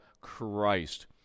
Christ